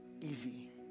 easy